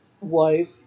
wife